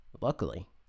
luckily